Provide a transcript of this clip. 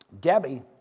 Debbie